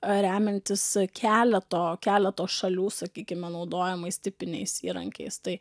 remiantis keleto keleto šalių sakykime naudojamais tipiniais įrankiais tai